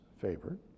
favored